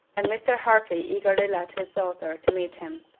and mr. hartley eagerly led his daughter to meet him.